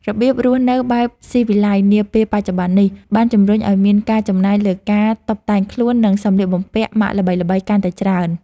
របៀបរស់នៅបែបស៊ីវិល័យនាពេលបច្ចុប្បន្ននេះ បានជំរុញឱ្យមានការចំណាយលើការតុបតែងខ្លួន និងសម្លៀកបំពាក់ម៉ាកល្បីៗកាន់តែច្រើន។